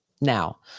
Now